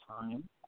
time